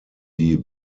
die